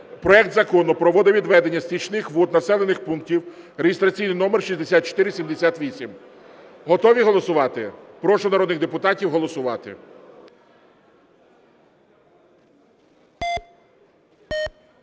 проект Закону про водовідведення стічних вод населених пунктів (реєстраційний номер 6478). Готові голосувати? Прошу народних депутатів голосувати.